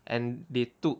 and they took